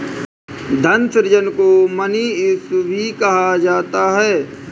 धन सृजन को मनी इश्यू भी कहा जाता है